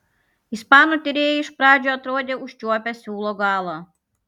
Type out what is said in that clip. ispanų tyrėjai iš pradžių atrodė užčiuopę siūlo galą